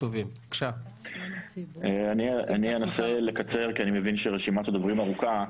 אני אנסה לקצר כי אני מבין שרשימת הדוברים ארוכה.